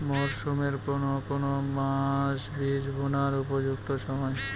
মরসুমের কোন কোন মাস বীজ বোনার উপযুক্ত সময়?